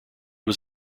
was